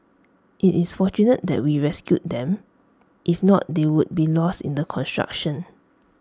IT is fortunate that we rescued them if not they would be lost in the construction